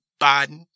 Biden